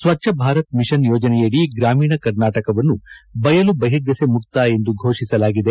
ಸ್ವಚ್ಛ ಭಾರತ್ ಮಿಷನ್ ಯೋಜನೆಯಡಿ ಗ್ರಾಮೀಣ ಕರ್ನಾಟಕವನ್ನು ಬಯಲು ಬಹಿರ್ದೆಸೆ ಮುಕ್ತ ಎಂದು ಫೋಷಿಸಲಾಗಿದೆ